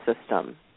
system